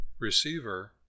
receiver